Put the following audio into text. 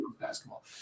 basketball